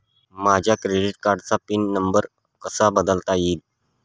माझ्या क्रेडिट कार्डचा PIN number कसा बदलता येईल?